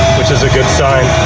which is a good sign.